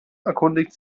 erkundigt